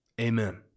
Amen